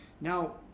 Now